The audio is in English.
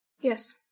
Yes